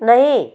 नहीं